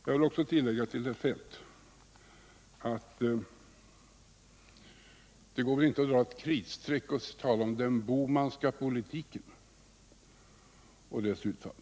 Jag vill tillägga — och jag vänder mig till herr Feldt — att det inte bara går att dra ett kritstreck och tala om ”den Bohmanska politiken” och dess utfall.